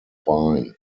vine